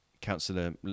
Councillor